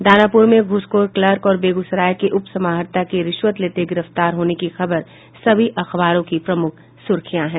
दानापूर में घूसखोर क्लर्क और बेगूसराय के अपर समाहर्ता की रिश्वत लेते हये गिरफ्तार होने की खबर सभी अखबारों की प्रमुख सुर्खियां है